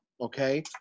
Okay